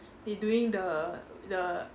they doing the the